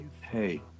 hey